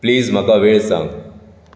please म्हाका वेळ सांग